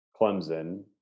Clemson